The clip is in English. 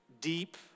deep